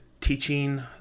Teaching